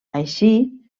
així